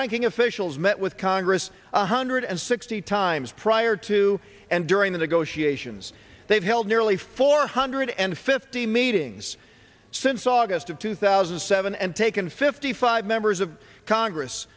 ranking officials met with congress a hundred and sixty times prior to and during the negotiations they've held nearly four hundred and fifty meetings since august of two thousand and seven and taken fifty five members of congress